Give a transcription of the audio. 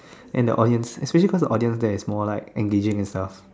and the audience especially cause the audience there is more like engaging as well